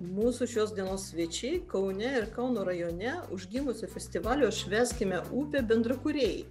mūsų šios dienos svečiai kaune ir kauno rajone užgimusio festivalio švęskime upę bendraįkūrėjai